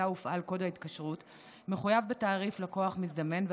הופעל קוד ההתקשרות מחויב בתעריף לקוח מזדמן,